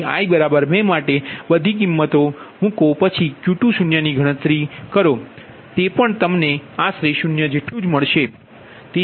તેથી i 2 માટે અને બધી કિંમતો મૂકો પછી Q20 ની ગણતરી પણ શરૂઆતમાં આશરે 0 થઈ જશે